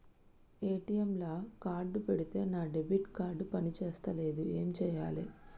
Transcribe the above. ATM లా card పెడితే నా డెబిట్ కార్డ్ పని చేస్తలేదు ఏం చేయాలే?